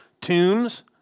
tombs